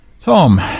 Tom